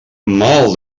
mal